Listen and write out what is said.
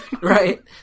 Right